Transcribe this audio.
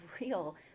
real